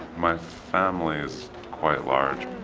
my family is quite large.